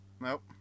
Nope